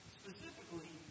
specifically